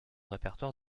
répertoire